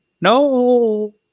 no